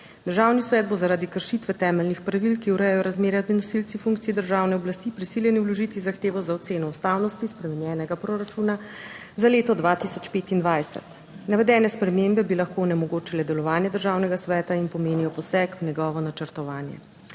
državni svet bo zaradi kršitve temeljnih pravil, ki urejajo razmerja med nosilci funkcij državne oblasti, prisiljen vložiti zahtevo za oceno ustavnosti spremenjenega proračuna. Za leto 2025 navedene spremembe bi lahko onemogočile delovanje državnega sveta in pomenijo poseg v njegovo načrtovanje.